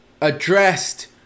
addressed